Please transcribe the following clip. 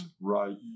right